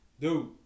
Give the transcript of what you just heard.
Dude